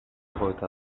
gota